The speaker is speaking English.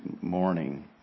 morning